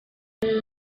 history